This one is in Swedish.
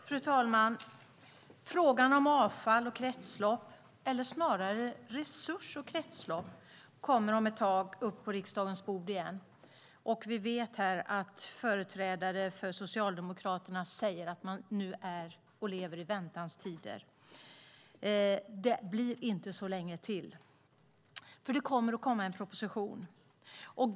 Fru talman! Frågan om avfall och kretslopp, eller snarare resurs och kretslopp, kommer om ett tag upp på riksdagens bord igen. Vi vet att företrädare för Socialdemokraterna säger att man lever i väntans tider. Det blir inte så länge till, för det kommer att komma en proposition.